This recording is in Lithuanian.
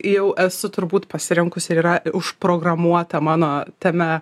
jau esu turbūt pasirinkusi ir yra užprogramuota mano tame